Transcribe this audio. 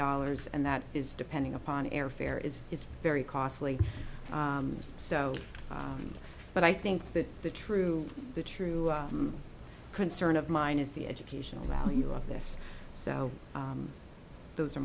dollars and that is depending upon airfare is is very costly so but i think that the true the true concern of mine is the educational value of this so those are